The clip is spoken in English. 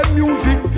music